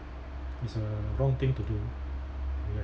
it's a wrong thing to do ya